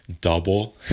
double